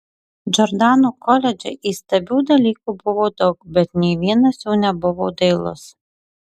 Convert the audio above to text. džordano koledže įstabių dalykų buvo daug bet nė vienas jų nebuvo dailus